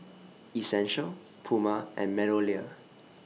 Essential Puma and Meadowlea